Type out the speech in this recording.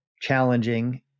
challenging